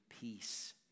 peace